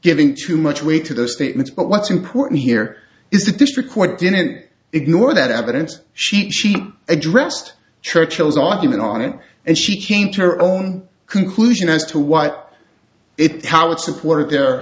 giving too much weight to the statements but what's important here is the district court didn't ignore that evidence she addressed churchill's argument on it and she came to her own conclusion as to what it how it supported their